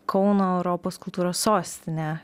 kauno europos kultūros sostinė